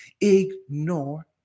Ignore